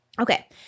Okay